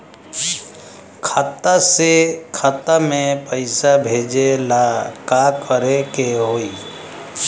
खाता से खाता मे पैसा भेजे ला का करे के होई?